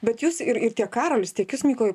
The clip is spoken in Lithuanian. bet jūs ir ir tiek karolis tiek jūs mykolai